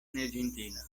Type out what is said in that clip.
neĝentila